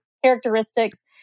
Characteristics